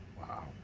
Wow